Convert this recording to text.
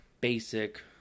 basic